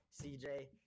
CJ